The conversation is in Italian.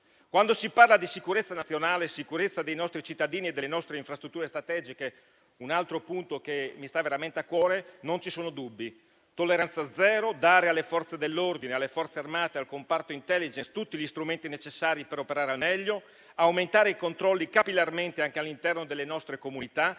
Quando si parla di sicurezza nazionale e di sicurezza dei nostri cittadini e delle nostre infrastrutture strategiche, altro punto che mi sta veramente a cuore, non ci sono dubbi: tolleranza zero, dare alle Forze dell'ordine, alle Forze armate e al comparto *intelligence* tutti gli strumenti necessari per operare al meglio e aumentando i controlli capillarmente anche all'interno delle nostre comunità